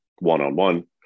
one-on-one